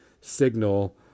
signal